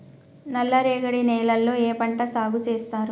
నల్లరేగడి నేలల్లో ఏ పంట సాగు చేస్తారు?